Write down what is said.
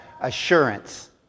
assurance